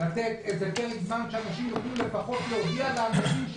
לתת איזה פרק זמן כדי שאנשים יוכלו לפחות להודיע למוזמנים: